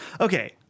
Okay